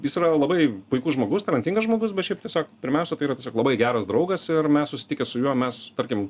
jis yra labai puikus žmogus talentingas žmogus bet šiaip tiesiog pirmiausia tai yra labai geras draugas ir mes susitikę su juo mes tarkim